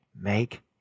Make